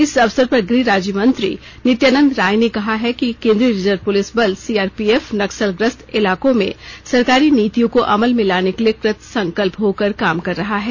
इस अवसर पर गृह राज्य मंत्री नित्यानंद राय ने कहा है कि केन्द्रीय रिजर्व पुलिस बल सीआरपीएफ नक्सलग्रस्त इलाकों में सरकारी नीतियों को अमल में लाने के लिए कृतसंकल्प होकर काम कर रहा है